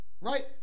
right